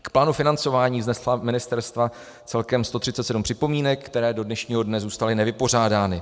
K plánu financování vznesla ministerstva celkem 137 připomínek, které do dnešního dne zůstaly nevypořádány.